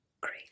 Great